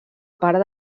part